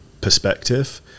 perspective